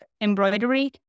embroidery